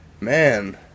Man